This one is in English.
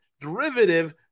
derivative